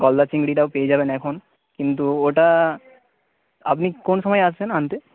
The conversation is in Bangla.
গলদা চিংড়িটাও পেয়ে যাবেন এখন কিন্তু ওটা আপনি কোন সময় আসবেন আনতে